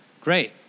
Great